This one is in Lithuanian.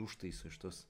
užtaiso iš tos